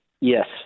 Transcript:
Yes